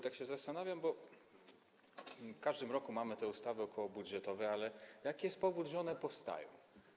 Tak się zastanawiam, bo w każdym roku mamy te ustawy okołobudżetowe, jaki jest powód, że one powstają.